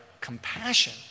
compassion